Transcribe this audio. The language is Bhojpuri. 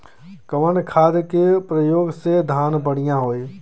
कवन खाद के पयोग से धान बढ़िया होई?